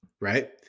right